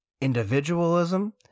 individualism